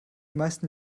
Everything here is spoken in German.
meisten